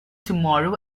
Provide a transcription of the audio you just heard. tomorrow